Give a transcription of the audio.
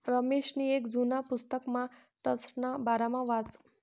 रमेशनी येक जुना पुस्तकमा ट्रस्टना बारामा वाचं